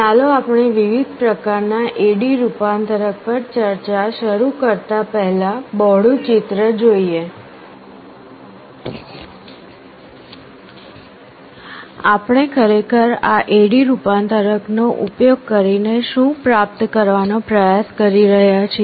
ચાલો આપણે વિવિધ પ્રકારના AD રૂપાંતરક પર ચર્ચા શરૂ કરતા પહેલા બહોળું ચિત્ર જોઈએ આપણે ખરેખર આ AD રૂપાંતરક નો ઉપયોગ કરીને શું પ્રાપ્ત કરવાનો પ્રયાસ કરી રહ્યા છીએ